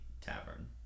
tavern